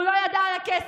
הוא לא ידע על הכסף,